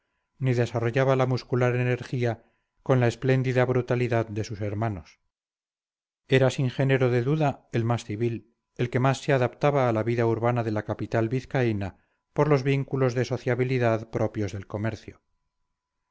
ni desarrollaba la muscular energía con la espléndida brutalidad de sus hermanos era sin género de duda el más civil el que más se adaptaba a la vida urbana de la capital vizcaína por los vínculos de sociabilidad propios del comercio